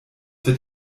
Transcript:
wird